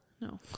No